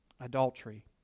adultery